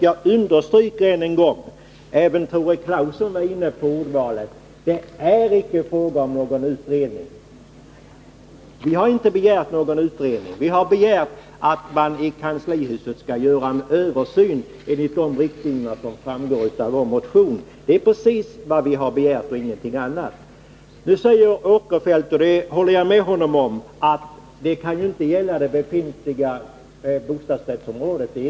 Jag understryker än en gång — även Tore Claeson var inne på detta med ordvalet — att det icke är fråga om någon utredning. Vi har icke begärt någon utredning. Vi har begärt att man i kanslihuset skall göra en översyn enligt de riktlinjer som framgår av vår motion. Det är precis det som vi har begärt och ingenting annat. Sven Eric Åkerfeldt säger nu, och jag håller med honom om det, att det här förslaget inte kan gälla det befintliga bostadsrättsområdet.